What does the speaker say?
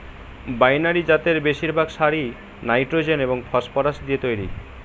binary জাতের বেশিরভাগ সারই নাইট্রোজেন এবং ফসফরাস দিয়ে তৈরি